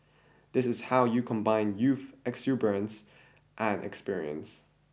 this is how you combine youth exuberance and experience